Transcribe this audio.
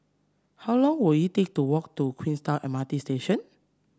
how long will it take to walk to Queenstown M R T Station